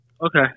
Okay